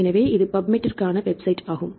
எனவே இது பப்மெடிற்கான வெப்சைட் ஆகும்